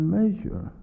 measure